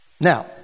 Now